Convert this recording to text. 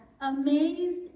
amazed